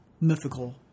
mythical